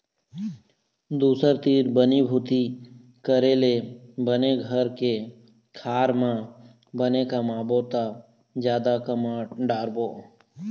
दूसर तीर बनी भूती करे ले बने घर के खार म बने कमाबो त जादा कमा डारबो